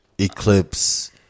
Eclipse